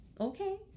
Okay